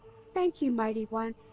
thank you, mighty one,